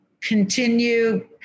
Continue